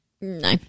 no